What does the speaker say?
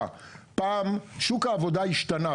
שוק העבודה ישתנה,